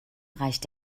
reicht